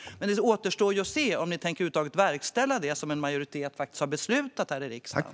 Det återstår att se om ni över huvud taget tänker verkställa det som en majoritet här i riksdagen faktiskt har beslutat.